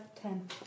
Ten